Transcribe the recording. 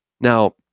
now